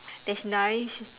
that's nice